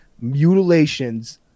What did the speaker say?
mutilations